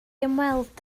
ymweld